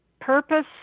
purpose